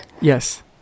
Yes